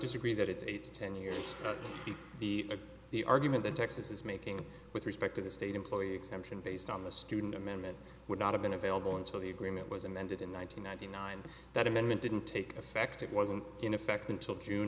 disagree that it's eight to ten years the the argument that texas is making with respect to the state employee exemption based on the student amendment would not have been available until the agreement was amended in one thousand nine hundred nine that amendment didn't take effect it wasn't in effect until june